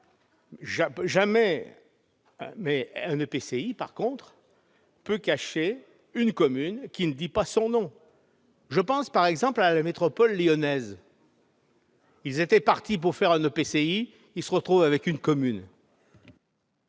mais un EPCI, en revanche, peut cacher une commune qui ne dit pas son nom. Je pense, par exemple, à la métropole lyonnaise. Ils étaient partis pour faire un EPCI, ils se retrouvent avec une commune